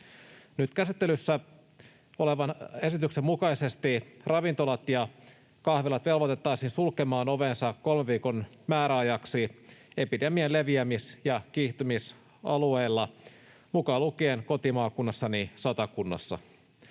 Nyt käsittelyssä olevan esityksen mukaisesti ravintolat ja kahvilat velvoitettaisiin sulkemaan ovensa kolmen viikon määräajaksi epidemian leviämis- ja kiihtymisalueilla, mukaan lukien kotimaakunnassani Satakunnassa.